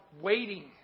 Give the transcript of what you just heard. waiting